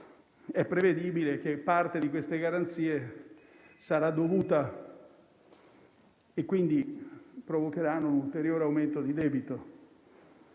È prevedibile che parte di queste garanzie sarà dovuta e quindi provocheranno un ulteriore aumento di debito.